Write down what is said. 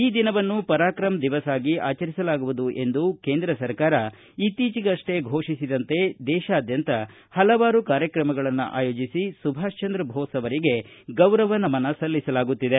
ಈ ದಿನವನ್ನು ಪರಾಕ್ರಮ್ ದಿವಸ್ ಆಗಿ ಆಚರಿಸಲಾಗುವುದು ಎಂದು ಕೇಂದ್ರ ಸರ್ಕಾರ ಇತ್ತೀಚೆಗಷ್ಷೇ ಘೋಷಿಸಿದಂತೆ ದೇತಾದ್ದಂತ ಪಲವಾರು ಕಾರ್ಯಕ್ರಮಗಳನ್ನು ಆಯೋಜಿಸಿ ಸುಭಾಷ್ಚಂದ್ರ ಬೋಸ್ ಅವರಿಗೆ ಗೌರವ ನಮನ ಸಲ್ಲಿಸಲಾಗುತ್ತಿದೆ